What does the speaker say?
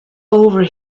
over